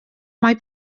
mae